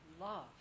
love